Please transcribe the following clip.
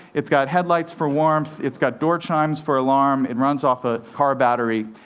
it's got headlights for warmth, it's got door chimes for alarm, it runs off a car battery.